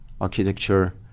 architecture